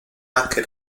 anche